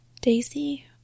Daisy